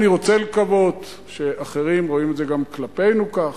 אני רוצה לקוות שאחרים רואים את זה גם כלפינו כך,